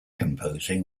composing